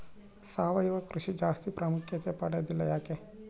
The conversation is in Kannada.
ಸಾವಯವ ಕೃಷಿ ಜಾಸ್ತಿ ಪ್ರಾಮುಖ್ಯತೆ ಪಡೆದಿಲ್ಲ ಯಾಕೆ?